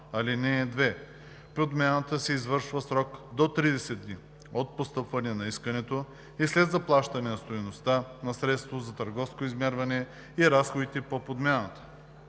ал. 2. Подмяната се извършва в срок до 30 дни от постъпване на искането и след заплащане на стойността на средството за търговско измерване и разходите по подмяната.